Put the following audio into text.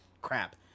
crap